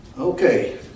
okay